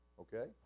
okay